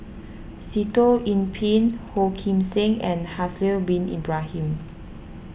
Sitoh Yih Pin Ong Kim Seng and Haslir Bin Ibrahim